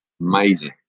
amazing